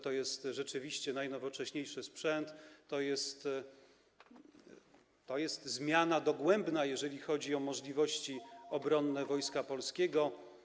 To jest rzeczywiście najnowocześniejszy sprzęt, to jest zmiana dogłębna, jeżeli chodzi o możliwości obronne Wojska Polskiego.